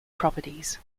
properties